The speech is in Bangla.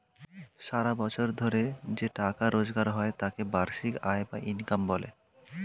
সারা বছর ধরে যে টাকা রোজগার হয় তাকে বার্ষিক আয় বা ইনকাম বলে